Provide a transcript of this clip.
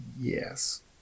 Yes